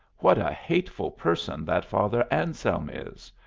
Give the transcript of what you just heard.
what a hateful person that father anselm is!